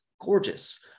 gorgeous